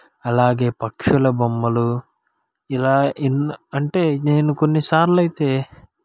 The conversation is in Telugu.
అలాగే పక్షుల బొమ్మలు ఇలా ఎన్నో అంటే నేను కొన్నిసార్లు అయితే